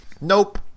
Nope